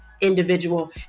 individual